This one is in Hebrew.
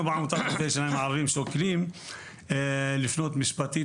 אנחנו בעמותת רופאי השיניים הערביים שוקלים לפנות משפטית